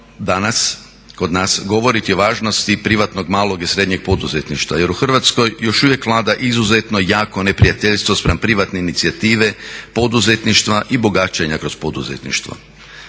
danas, kod nas govoriti o važnosti privatnog, malog i srednjeg poduzetništva jer u Hrvatskoj još uvijek vlada izuzetno jako neprijateljstvo spram privatne inicijative, poduzetništva i bogaćenja kroz poduzetništvo.